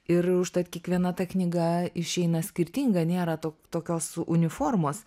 ir užtat kiekviena ta knyga išeina skirtinga nėra to tokios uniformos